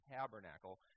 tabernacle